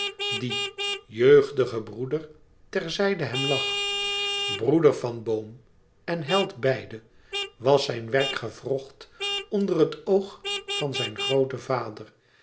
die jeugdige broeder ter zijde hem lag broeder van boom en held beide was zijn werk gewrocht onder het oog van zijn grooten vader